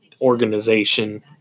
organization